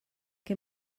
què